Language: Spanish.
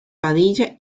padilla